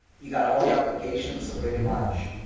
you got all your applications so pretty much,